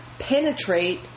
Penetrate